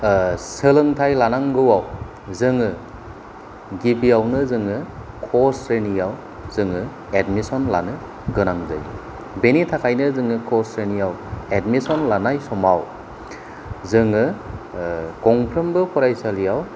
सोलोंथाय लानांगौआव जोङो गिबियावनो जोङो ख स्रेनियाव जोङो एदमिसन लानो गोनां जायो बेनिथाखायनो जोङो क स्रेनियाव एडमिसन लानाय समाव जोङो गंफ्रोमबो फरायसालियाव